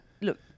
look